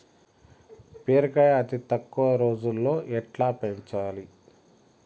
బీరకాయ అతి తక్కువ రోజుల్లో ఎట్లా పెంచాలి?